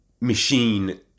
machine